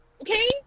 okay